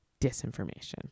disinformation